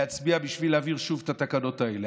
להצביע בשביל להעביר שוב את התקנות האלה.